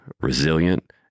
resilient